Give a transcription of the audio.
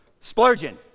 Splurging